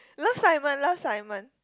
love Simon love Simon